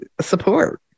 support